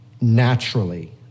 naturally